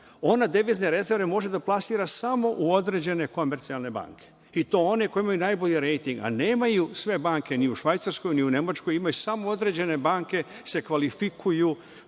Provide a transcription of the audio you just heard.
Ona devizne rezerve može da plasira samo u određene komercijalne banke i to one koje imaju najbolji rejting, a nemaju sve banke, ni u Švajcarskoj, ni u Nemačkoj. Imaju samo određene banke i one se kvalifikuju